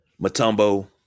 Matumbo